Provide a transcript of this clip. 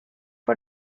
for